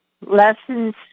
lessons